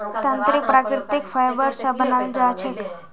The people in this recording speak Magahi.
तंत्रीक प्राकृतिक फाइबर स बनाल जा छेक